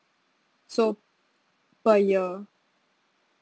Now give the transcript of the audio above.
so per year